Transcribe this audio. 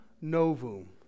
novum